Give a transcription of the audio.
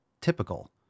typical